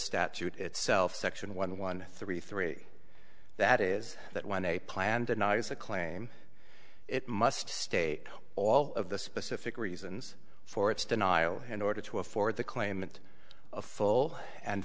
statute itself section one one three three that is that when a plan denies a claim it must state all of the specific reasons for its denial in order to afford the claimant a full and